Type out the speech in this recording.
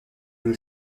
nous